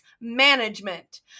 management